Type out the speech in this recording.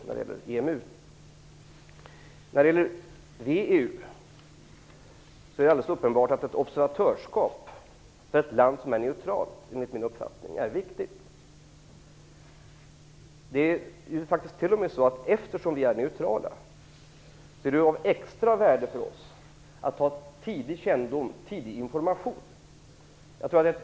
När det gäller VEU är det enligt mening uppenbart att ett observatörsskap är viktigt för ett land som är neutralt. Eftersom vi är neutrala är det av extra värde för oss att få information i ett tidigt skede.